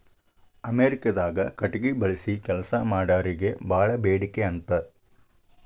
ಅಮೇರಿಕಾದಾಗ ಕಟಗಿ ಬಳಸಿ ಕೆಲಸಾ ಮಾಡಾರಿಗೆ ಬಾಳ ಬೇಡಿಕೆ ಅಂತ